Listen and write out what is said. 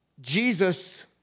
Jesus